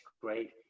great